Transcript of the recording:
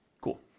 Cool